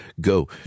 go